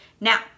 Now